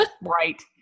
Right